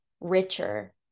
richer